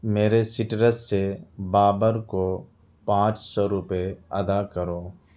میرے سٹرس سے بابر کو پانچ سو روپئے ادا کرو